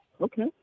okay